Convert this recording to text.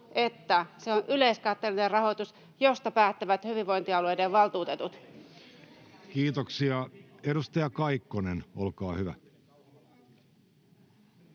että se on yleiskatteellinen rahoitus, josta päättävät hyvinvointialueiden valtuutetut. Kiitoksia. — Edustaja Kaikkonen, olkaa hyvä.